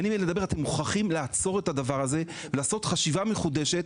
אתם מוכרחים לעצור את הדבר הזה ולעשות חשיבה מחודשת,